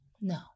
no